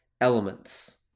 elements